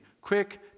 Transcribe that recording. Quick